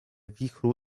wichru